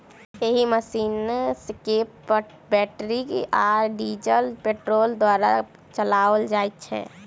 एहि मशीन के बैटरी आ डीजल पेट्रोल द्वारा चलाओल जाइत छै